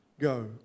go